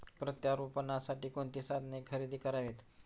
प्रत्यारोपणासाठी कोणती साधने खरेदी करावीत?